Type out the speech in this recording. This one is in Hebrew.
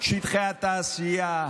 שטחי התעשייה,